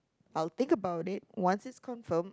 I will think about it once it's confirmed